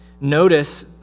notice